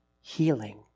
healing